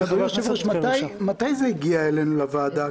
מתי זה הגיע אלינו לוועדה?